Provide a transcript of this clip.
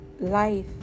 Life